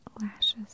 lashes